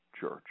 church